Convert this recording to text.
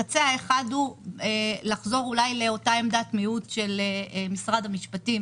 האחד הוא לחזור לאותה עמדת מיעוט של משרד המשפטים